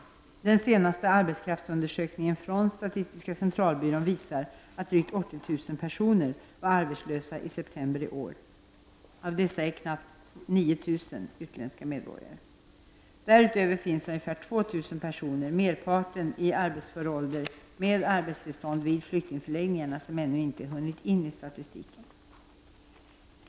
Den senaste arbetskraftsundersökningen från statistiska centralbyrån visar att drygt 80 000 personer var arbetslösa i september i år. Av dessa är knappt 9 000 utländska medborgare. Därutöver finns ungefär 2 000 personer, merparten i arbetsför ålder, med arbetstillstånd vid flyktingförläggningarna, som ännu inte hunnit in i statistiken.